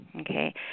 okay